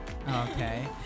Okay